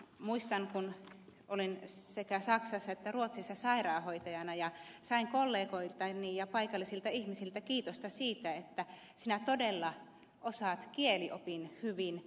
muistan että kun olin sekä saksassa että ruotsissa sairaanhoitajana sain kollegoiltani ja paikallisilta ihmisiltä kiitosta siitä että sinä todella osaat kieliopin hyvin